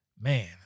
Man